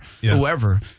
whoever